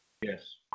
Yes